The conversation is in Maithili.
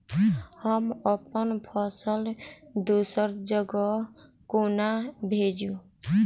हम अप्पन फसल दोसर जगह कोना भेजू?